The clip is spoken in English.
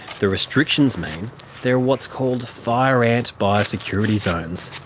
the restrictions mean there are what's called fire ant biosecurity zones,